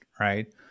Right